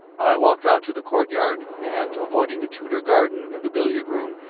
i walked out to the courtyard, and avoiding the tudor garden and the billiard room,